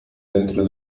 dentro